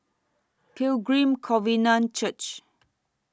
Pilgrim Covenant Church